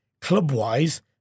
club-wise